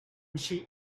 she